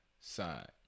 side